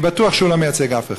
אני בטוח שהוא לא מייצג אף אחד,